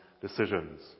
decisions